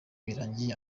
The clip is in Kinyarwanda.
birangiriye